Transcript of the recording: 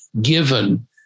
given